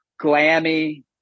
glammy